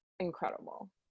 Incredible